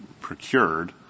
procured